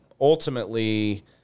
Ultimately